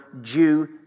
due